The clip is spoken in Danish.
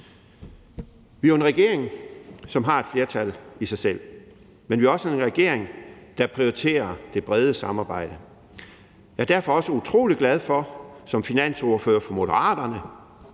Vi er jo en regering, som har et flertal i sig selv, men vi er også en regering, der prioriterer det brede samarbejde. Jeg er derfor også utrolig glad for som finansordfører for Moderaterne